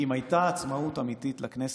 אם הייתה עצמאות אמיתית לכנסת,